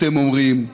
אתם אומרים,